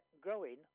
growing